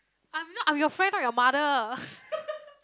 I'm not I'm your friend not your mother